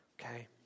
okay